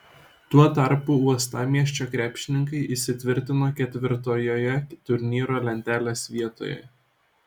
tuo tarpu uostamiesčio krepšininkai įsitvirtino ketvirtojoje turnyro lentelės vietoje